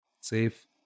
safe